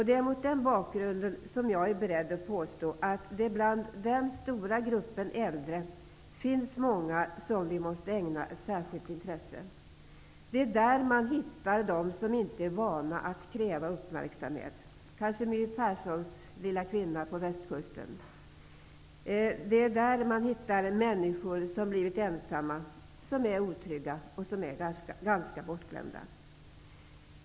Det är mot den bakgrunden som jag är beredd att påstå att det bland den stora gruppen äldre finns många som vi måste ägna särskilt intresse. Det är där man finner dem som inte är vana att kräva uppmärksamhet -- kanske My Perssons lilla kvinna på Västkusten. Det är där man hittar människor som blivit ensamma, som är otrygga och som blivit ganska bortglömda.